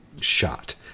Shot